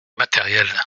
matériels